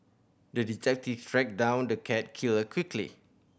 the detective tracked down the cat killer quickly